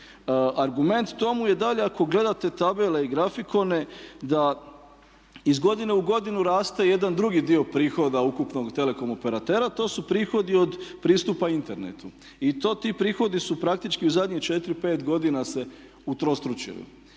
Argument tome je dalje ako gledate tabele i grafikone da iz godine u godinu raste jedan drugi dio prihoda ukupnog telekom operatera, to su prihodi od pristupa internetu. I to ti prihodi su praktički u zadnjih 4, 5 godina se utrostručili.